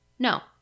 No